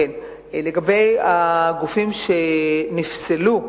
לגבי הגופים שנפסלו,